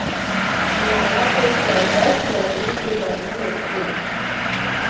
गाड़ा तो सरबस लकड़ी के बने रहिथे